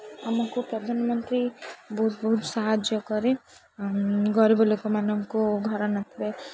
ଆମକୁ ପ୍ରଧାନମନ୍ତ୍ରୀ ବହୁତ ବହୁତ ସାହାଯ୍ୟ କରେ ଗରିବ ଲୋକମାନଙ୍କୁ ଘର ନଥାଏ